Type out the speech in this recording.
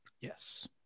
Yes